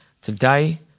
today